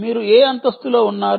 మీరు ఏ అంతస్తులో ఉన్నారు